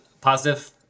Positive